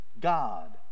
God